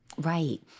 Right